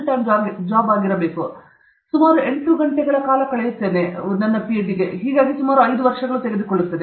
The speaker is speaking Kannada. ನಾವು ಸುಮಾರು 8 ಗಂಟೆಗಳ ಕಾಲ ಕಳೆಯುತ್ತೇವೆ ಹೀಗಾಗಿ ಸುಮಾರು 5 ವರ್ಷಗಳು ತೆಗೆದುಕೊಳ್ಳುತ್ತದೆ